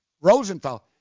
Rosenthal